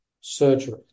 surgery